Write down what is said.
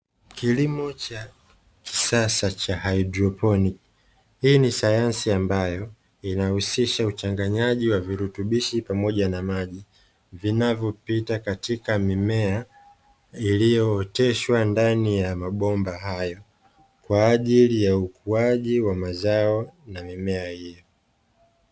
Kilimo cha kisasa cha haidroponi hii ni sayansi ambayo inahusisha uchanganyaji wa virutubishi, pamoja na maji vinavyopita katika mimea iliyooteshwa ndani ya mabomba hayo kwaajili ya ukuwaji wa mazao na mimea hiyo.